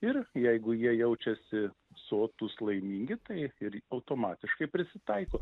ir jeigu jie jaučiasi sotūs laimingi tai ir automatiškai prisitaiko